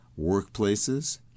Workplaces